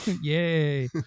Yay